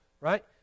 right